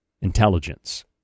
intelligence